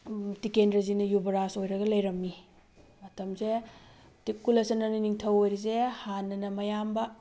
ꯇꯤꯀꯦꯟꯗ꯭ꯔꯖꯤꯠꯅ ꯌꯨꯕ꯭ꯔꯥꯖ ꯑꯣꯏꯔꯒ ꯂꯩꯔꯝꯃꯤ ꯃꯇꯝꯁꯦ ꯀꯨꯂꯆꯟꯗ꯭ꯔꯅ ꯅꯤꯡꯊꯧ ꯑꯣꯏꯔꯤꯁꯦ ꯍꯥꯟꯅꯅ ꯃꯌꯥꯝꯕ